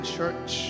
church